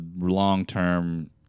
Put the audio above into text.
long-term